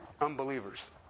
unbelievers